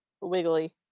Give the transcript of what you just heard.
wiggly